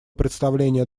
представление